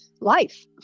life